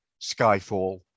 Skyfall